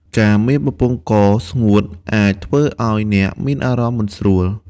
ការមានបំពង់កស្ងួតអាចធ្វើឱ្យអ្នកមានអារម្មណ៍មិនស្រួល។